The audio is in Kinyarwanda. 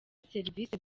serivisi